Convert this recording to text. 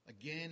Again